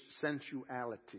sensuality